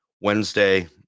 Wednesday